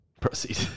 Proceed